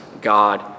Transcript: God